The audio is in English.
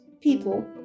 people